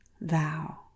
thou